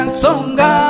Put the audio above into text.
songa